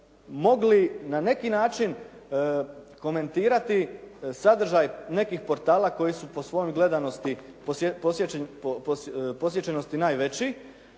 mogli na neki način komentirati sadržaj nekih portala koji su po svojoj gledanosti posjećenosti najveći,